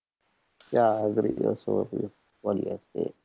ya agreed also with you what you have said